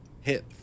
hit